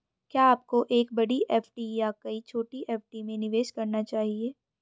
क्या आपको एक बड़ी एफ.डी या कई छोटी एफ.डी में निवेश करना चाहिए?